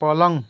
पलङ